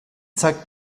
zeigt